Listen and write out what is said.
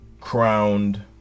crowned